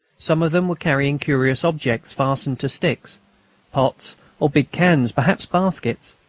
some of them were carrying curious objects fastened to sticks pots or big cans, perhaps baskets.